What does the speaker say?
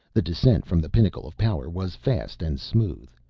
the descent from the pinnacle of power was fast and smooth.